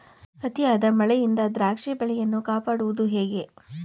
ಅತಿಯಾದ ಮಳೆಯಿಂದ ದ್ರಾಕ್ಷಿ ಬೆಳೆಯನ್ನು ಕಾಪಾಡುವುದು ಹೇಗೆ?